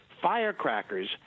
Firecrackers